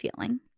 feeling